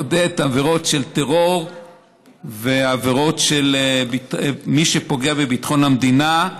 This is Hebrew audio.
לעודד עבירות של טרור ועבירות של מי שפוגע בביטחון המדינה,